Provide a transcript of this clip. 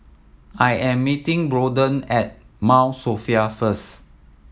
I am meeting Braedon at Mount Sophia first